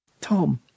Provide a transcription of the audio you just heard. Tom